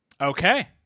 Okay